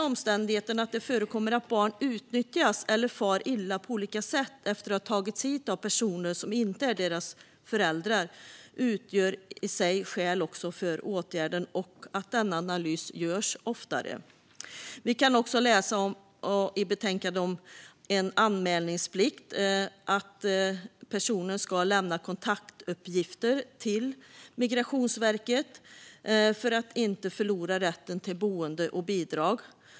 Omständigheten att det förekommer att barn utnyttjas eller far illa på olika sätt efter att ha tagits hit av personer som inte är deras föräldrar utgör i sig skäl för åtgärden och att denna analys görs oftare. Vi kan också läsa i betänkandet om en anmälningsplikt när det gäller att personer ska lämna kontaktuppgifter till Migrationsverket för att inte förlora rätten till boende och bidrag.